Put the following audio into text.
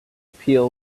peel